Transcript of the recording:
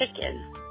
chicken